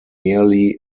merely